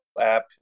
app